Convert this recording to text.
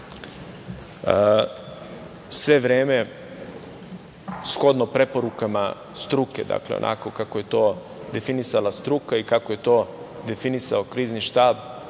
sve vreme shodno preporukama struke, onako kako je to definisala struka i kako je to definisao Krizni štab